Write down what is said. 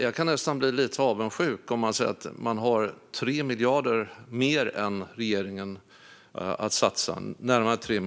Jag kan nästan bli lite avundsjuk när man säger att man har närmare 3 miljarder mer än regeringen att satsa på kulturen.